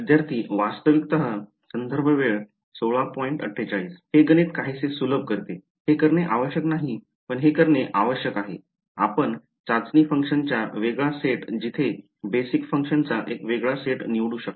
विद्यार्थीः वास्तविकः हे गणित काहीसे सुलभ करते हे करणे आवश्यक नाही आपण हे करणे आवश्यक आहे आपण चाचणी फंक्शन्सचा वेगळा सेट जिथे बेसिक फंक्शनचा एक वेगळा सेट निवडू शकता